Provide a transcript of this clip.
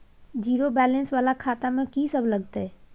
Zero balance वाला खाता में की सब लगतै?